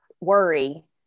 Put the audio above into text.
worry